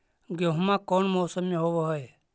गेहूमा कौन मौसम में होब है?